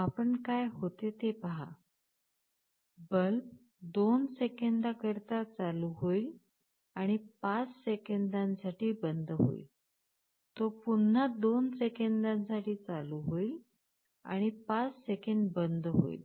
आपण काय होते ते पहा बल्ब 2 सेकंदांकरिता चालू होईल आणि 5 सेकंदांसाठी बंद होईल तो पुन्हा 2 सेकंदांसाठी चालू होईल आणि 5 सेकंद बंद होईल